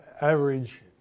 average